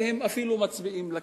והם אפילו מצביעים לכנסת,